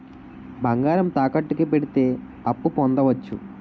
బంగారం తాకట్టు కి పెడితే అప్పు పొందవచ్చ?